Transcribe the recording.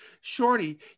Shorty